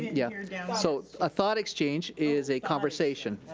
yeah yeah so a thought exchange is a conversation.